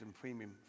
premium